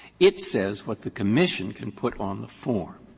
it says what the commission can put on the form.